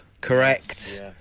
Correct